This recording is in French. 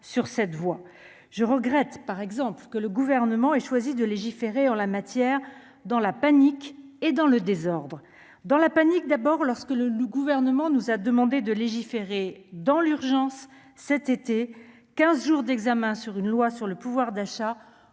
sur cette voie, je regrette par exemple que le gouvernement ait choisi de légiférer en la matière, dans la panique et dans le désordre dans la panique d'abord lorsque le le gouvernement nous a demandé de légiférer dans l'urgence cet été 15 jours d'examen sur une loi sur le pouvoir d'achat